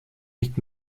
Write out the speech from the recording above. nicht